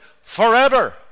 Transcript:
forever